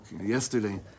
Yesterday